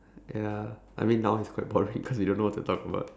ya I mean now i's quite boring cause we don't know what to talk about